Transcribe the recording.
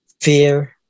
Fear